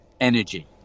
energy